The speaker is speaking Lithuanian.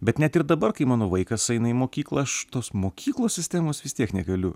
bet net ir dabar kai mano vaikas eina į mokyklą aš tos mokyklos sistemos vis tiek negaliu